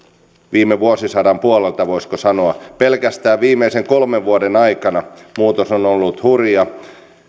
viime vuosisadan puolelta voisiko sanoa pelkästään viimeisten kolmen vuoden aikana muutos on ollut hurja